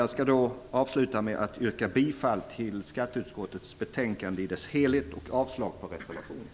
Jag skall avsluta med att yrka bifall till utskottets hemställan på samtliga punkter och avslag på reservationerna.